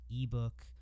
ebook